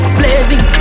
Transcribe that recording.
blazing